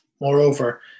Moreover